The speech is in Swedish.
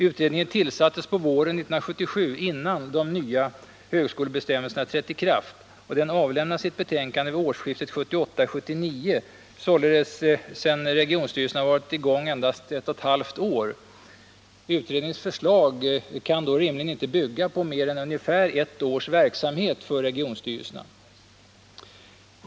Utredningen tillsattes på våren 1977, innan de nya högskolebestämmelserna trätt i kraft. Den avlämnade sitt betänkande vid årsskiftet 1978-1979, således sedan regionstyrelserna varit i gång endast ett och ett halvt år. Utredningens förslag kan då rimligen inte bygga på mer än ungefär ett års verksamhet för regionstyrelserna.